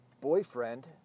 boyfriend